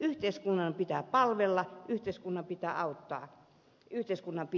yhteiskunnan pitää palvella yhteiskunnan pitää auttaa yhteiskunnan